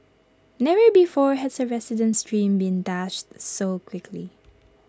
never before has A resident's dream been dashed so quickly